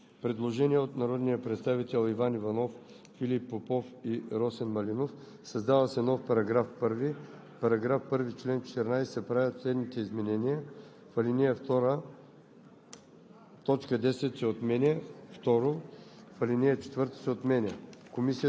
„Закон за изменение и допълнение на Закона за Министерството на вътрешните работи“.“ Предложение от народните представители Иван Иванов, Филип Попов и Росен Малинов: „Създава се нов § 1: „§ 1. В чл. 14 се правят следните изменения: 1. В ал. 2